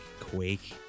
Quake